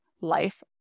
life